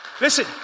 Listen